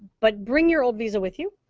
but bring your old visa with you.